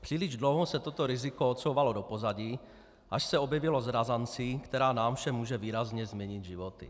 Příliš dlouho se toto riziko odsouvalo do pozadí, až se objevilo s razancí, která nám všem může výrazně změnit životy.